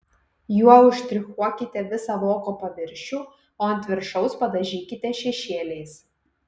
juo užštrichuokite visą voko paviršių o ant viršaus padažykite šešėliais